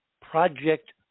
Project